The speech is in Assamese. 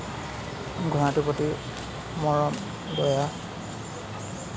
ঘোঁৰাটোৰ প্ৰতি মৰম দয়া